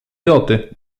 joty